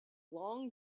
long